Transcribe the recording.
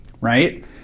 right